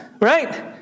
Right